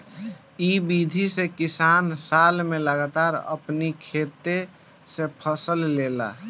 इ विधि से किसान साल में लगातार अपनी खेते से फसल लेला